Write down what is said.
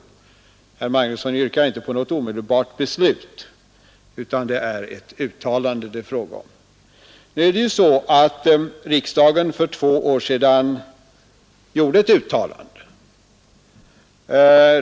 Herr Magnusson yrkar inte på något omedelbart beslut, utan det är ett uttalande det är fråga om. Emellertid förhåller det sig så att riksdagen för två år sedan gjorde ett uttalande.